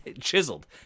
Chiseled